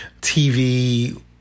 TV